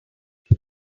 how